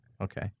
Okay